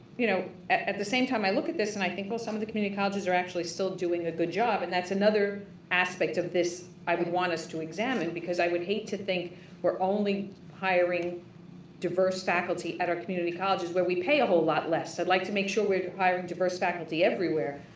you know, at the same time i look at this and i think, well some of the community colleges are actually still doing a good job. and that's another aspect of this. i want us to examine because i would hate to think we're only hiring diverse faculty at our community colleges where we pay a whole lot less. i'd like to make sure we're hiring diverse faculty everywhere.